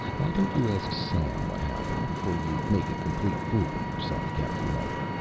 why don't you ask sam what happened before you make a complete fool of yourself, captain muller?